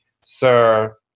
sir